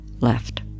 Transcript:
left